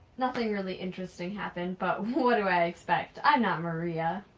nothing really interesting happened, but what do i expect, i'm not maria!